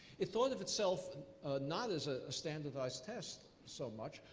it thought of itself not as a standardized test, so much,